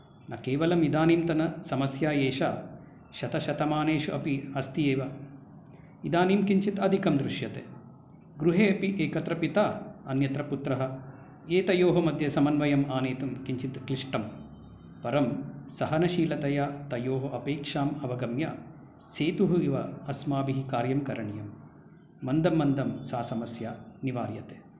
न केवलम् इदानींतनसमस्या एषा शतशतमानेषु अपि अस्ति एव इदानीं किञ्चित् अधिकं दृश्यते गृहेपि एकत्र पिता अन्यत्र पुत्रः एतयोः मध्ये समन्वयम् आनेतुं किञ्चित् क्लिष्टं परं सहनशीलतया तयोः अपेक्षाम् अवगम्य सेतुः इव अस्माभिः कार्यं करणीयं मन्दं मन्दं सा समस्या निवार्यते